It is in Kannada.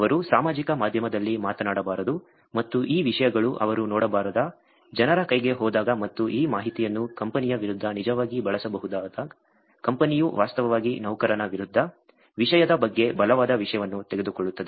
ಅವರು ಸಾಮಾಜಿಕ ಮಾಧ್ಯಮದಲ್ಲಿ ಮಾತನಾಡಬಾರದು ಮತ್ತು ಈ ವಿಷಯಗಳು ಅವರು ನೋಡಬಾರದ ಜನರ ಕೈಗೆ ಹೋದಾಗ ಮತ್ತು ಈ ಮಾಹಿತಿಯನ್ನು ಕಂಪನಿಯ ವಿರುದ್ಧ ನಿಜವಾಗಿ ಬಳಸಬಹುದಾದಾಗ ಕಂಪನಿಯು ವಾಸ್ತವವಾಗಿ ನೌಕರನ ವಿರುದ್ಧದ ವಿಷಯದ ಬಗ್ಗೆ ಬಲವಾದ ವಿಷಯವನ್ನು ತೆಗೆದುಕೊಳ್ಳುತ್ತದೆ